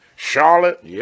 Charlotte